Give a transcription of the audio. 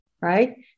right